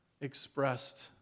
expressed